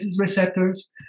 receptors